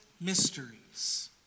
mysteries